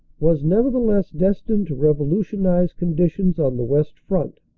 was neverthe less destined to revolutionize conditions on the west front,